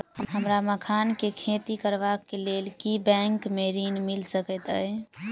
हमरा मखान केँ खेती करबाक केँ लेल की बैंक मै ऋण मिल सकैत अई?